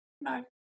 no